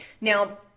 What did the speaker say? Now